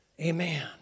Amen